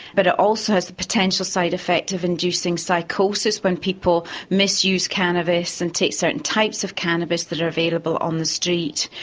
but it also has a potential side effect of inducing psychosis when people misuse cannabis and take certain types of cannabis that are available on the street.